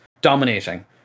dominating